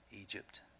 Egypt